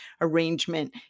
arrangement